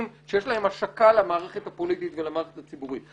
שיש להם השקה למערכת הפוליטית ולמערכת הציבורית,